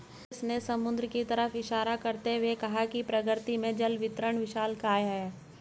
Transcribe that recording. सुरेश ने समुद्र की तरफ इशारा करते हुए कहा प्रकृति में जल वितरण विशालकाय है